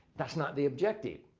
that's not the objective.